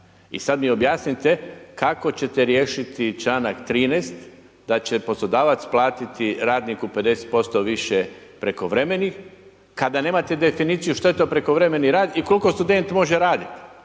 I sad mi objasnite kako ćete riješiti članak 13. da će poslodavac platiti radniku 50% više prekovremenih, kada nemate definiciju što je to prekovremeni rad i koliko student može raditi?